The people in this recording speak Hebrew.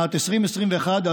שנת 2021,